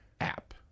app